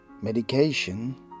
Medication